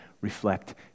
reflect